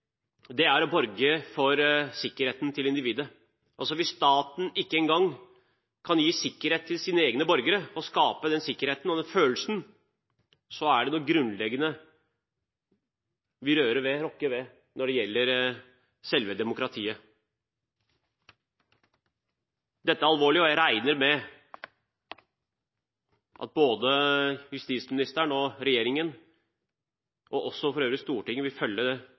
individet. Hvis staten ikke engang kan gi sikkerhet til sine egne borgere – skape den sikkerheten og den følelsen – er det noe grunnleggende vi rokker ved når det gjelder selve demokratiet. Dette er alvorlig, og jeg regner med at både justis- og beredskapsministeren og regjeringen, og også Stortinget, vil følge dette nøyere opp. Når det